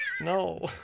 No